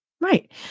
Right